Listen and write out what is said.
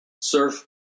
surf